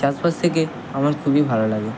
চাষবাস থেকে আমার খুবই ভালো লাগে